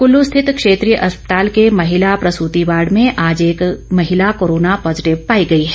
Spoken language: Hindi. कुल्लू स्थित क्षेत्रीय अस्पताल के महिला प्रसूती वार्ड में आज एक महिला कोरोना पॉजिटिव पाई गई है